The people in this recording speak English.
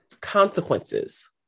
consequences